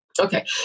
Okay